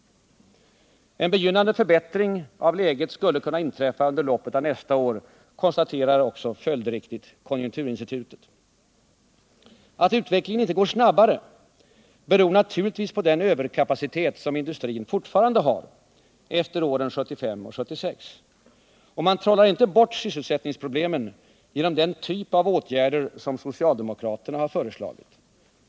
En begynnande förbättring av läget skulle kunna inträffa under loppet av nästa år, konstaterar också följdriktigt konjunkturinstitutet. Att utvecklingen inte går snabbare beror naturligtvis på den överkapacitet som industrin fortfarande har efter åren 1975 och 1976. Man trollar inte bort sysselsättningsproblemen genom den typ av åtgärder som socialdemokraterna har föreslagit.